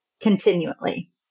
continually